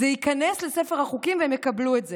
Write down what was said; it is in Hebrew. זה ייכנס לספר החוקים והם יקבלו את זה.